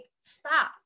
stop